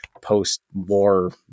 post-war